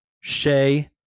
Shay